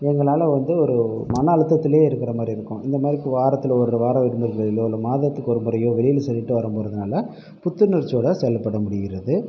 எங்களால் வந்து ஒரு மன அழுத்தத்திலே இருக்கிற மாதிரி இருக்கும் இந்தமாதிரி வாரத்தில் ஒரு வார விடுமுறைகளிலோ இல்லை மாதத்துக்கு ஒரு முறையோ வெளியில் சென்றுட்டு வரபோகிறதுனால புத்துணர்ச்சியோடய சொல்லப்பட முடிகிறது